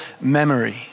memory